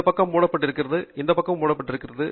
இந்த பக்கம் மூடப்பட்டிருக்கிறது இந்த பக்கமும் மூடியுள்ளது